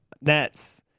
Nets